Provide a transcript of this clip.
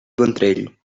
ventrell